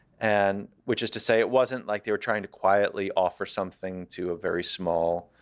and which is to say, it wasn't like they were trying to quietly offer something to a very small